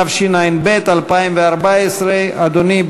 התשע"ב 2012. אדוני,